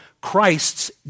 Christ's